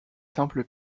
simple